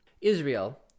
Israel